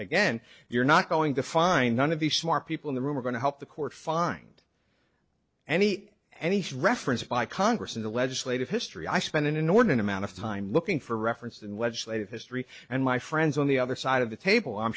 again you're not going to find none of the smart people in the room are going to help the court find any and he's referencing by congress in the legislative history i spend an inordinate amount of time looking for references and legislative history and my friends on the other side of the table i'm